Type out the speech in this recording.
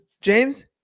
James